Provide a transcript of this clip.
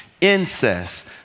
incest